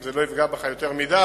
ואם זה לא יפגע בך יותר מדי,